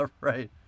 right